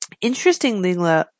Interestingly